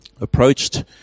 approached